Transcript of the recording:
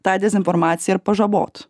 tą dezinformaciją ir pažabot